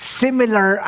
similar